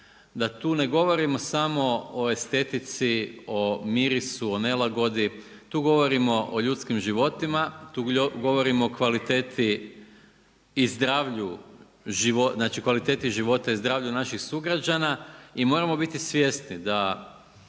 da tu ne govorimo samo o estetici, o mirisu, o nelagodi. Tu govorimo o ljudskim životima, tu govorimo o kvaliteti i zdravlju, znači kvalitetu života i zdravlju naših sugrađana i moramo biti svjesni da